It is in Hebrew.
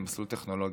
למסלול טכנולוגי,